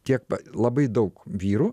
tiek labai daug vyrų